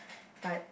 but